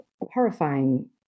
horrifying